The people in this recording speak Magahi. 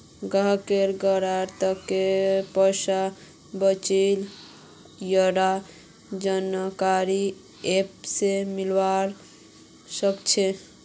गाहकेर कार्डत कत्ते पैसा बचिल यहार जानकारी ऐप स मिलवा सखछे